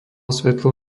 svetlo